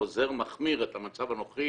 החוזר מחמיר את המצב הנוכחי,